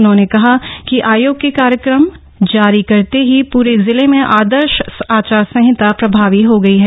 उन्होंने कहा कि आयोग के कार्यक्रम जारी करते ही पूरे जिले में आदर्श आचार संहिता प्रभावी हो गयी है